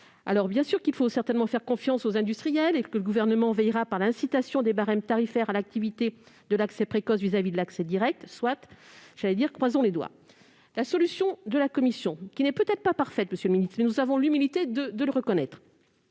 sont infondées ? Il faut certainement faire confiance aux industriels et le Gouvernement veillera, par l'incitation des barèmes tarifaires à l'attractivité de l'accès précoce vis-à-vis de l'accès direct- croisons les doigts ! La solution de la commission n'est peut-être pas parfaite, monsieur le ministre, mais nous avons l'humilité de le reconnaître.